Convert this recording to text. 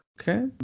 Okay